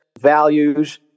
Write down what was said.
values